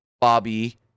Bobby